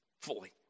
fully